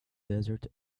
desert